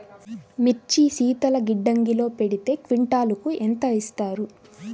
మిర్చి శీతల గిడ్డంగిలో పెడితే క్వింటాలుకు ఎంత ఇస్తారు?